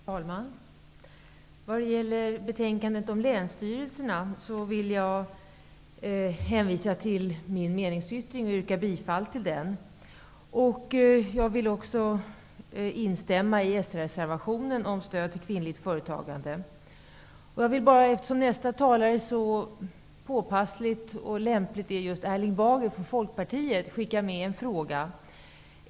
Herr talman! När det gäller betänkandet om länsstyrelserna vill jag hänvisa till min meningsyttring och yrka bifall till den. Jag vill också instämma i den socialdemokratiska reservationen om stöd till kvinnligt företagande. Eftersom nästa talare så påpassligt och lämpligt är just Erling Bager från Folkpartiet, vill jag ställa en fråga till honom.